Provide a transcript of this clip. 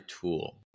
tool